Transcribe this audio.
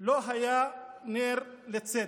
לא היה נר לצדק,